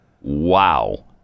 Wow